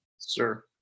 sir